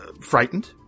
frightened